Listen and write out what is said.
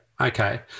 okay